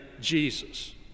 Jesus